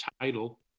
title